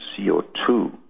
CO2